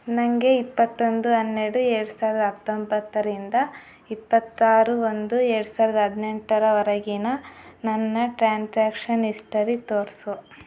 ನನಗೆ ಇಪ್ಪತ್ತೊಂದು ಹನ್ನೆರಡು ಎರಡು ಸಾವಿರದ ಹತ್ತೊಂಬತ್ತರಿಂದ ಇಪ್ಪತ್ತಾರು ಒಂದು ಎರ್ಡು ಸಾವಿರ್ದ ಹದಿನೆಂಟರವರೆಗಿನ ನನ್ನ ಟ್ರಾನ್ಸಾಕ್ಷನ್ ಹಿಸ್ಟರಿ ತೋರಿಸು